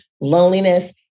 loneliness